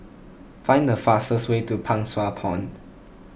find the fastest way to Pang Sua Pond